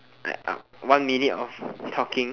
one minute of talking